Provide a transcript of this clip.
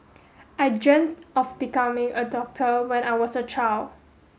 I dreamt of becoming a doctor when I was a child